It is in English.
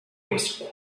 was